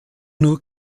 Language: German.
nur